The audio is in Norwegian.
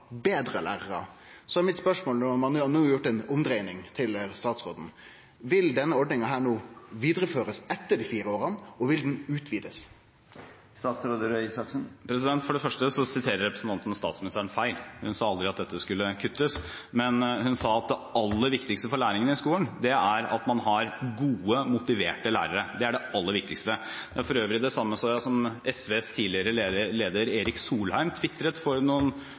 er mitt spørsmål – når ein no har gjort ei omdreiing – til statsråden: Vil denne ordninga vidareførast etter desse fire åra, og vil ho utvidast? For det første siterer representanten statsministeren feil. Hun sa aldri at dette skulle kuttes, men hun sa at det aller viktigste for læringen i skolen er at man har gode, motiverte lærere. Det er det aller viktigste. Det er for øvrig det samme som SVs tidligere leder, Erik Solheim, twitret for noen